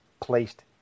placed